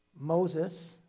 Moses